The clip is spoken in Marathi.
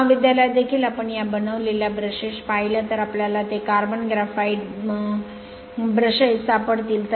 महाविद्यालयात देखील आपण या बनवलेल्या ब्रशेस पाहिल्या तर आपल्याला ते कार्बन ग्रेफाइट ब्रशेस सापडतील